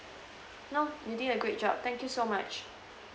no you did a great job thank you so much